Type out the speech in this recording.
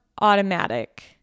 automatic